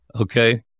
Okay